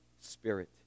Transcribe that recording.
spirit